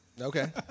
Okay